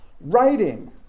Writing